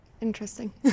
interesting